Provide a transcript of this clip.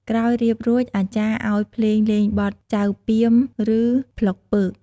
ក្រោយរៀបរួចអាចារ្យឲ្យភ្លេងលេងបទ ចៅព្រាមឬប៉ុកពើក។